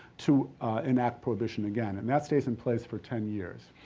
to enact prohibition again and that stays in place for ten years.